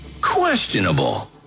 questionable